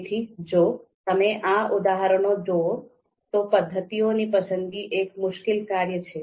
તેથી જો તમે આ ઉદાહરણો જુઓ તો પદ્ધતિઓની પસંદગી એક મુશ્કેલ કાર્ય છે